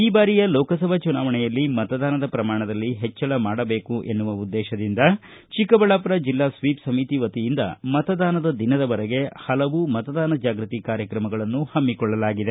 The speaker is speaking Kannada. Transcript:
ಈ ಬಾರಿಯ ಲೋಕಸಭಾ ಚುನಾವಣೆಯಲ್ಲಿ ಮತದಾನದ ಪ್ರಮಾಣದಲ್ಲಿ ಹೆಚ್ಚಳ ಮಾಡಬೇಕೆಂಬ ಉದ್ದೇಶದಿಂದ ಚಿಕ್ಕಬಳ್ಳಾಮರ ಜಿಲ್ಲಾ ಸ್ವೀಪ್ ಸಮಿತಿ ವತಿಯಿಂದ ಮತದಾನದ ದಿನದವರೆಗೆ ಹಲವು ಮತದಾನ ಜಾಗೃತಿ ಕಾರ್ಯಕ್ರಮಗಳನ್ನು ಹಮ್ಮಿಕೊಳ್ಳಲಾಗಿದೆ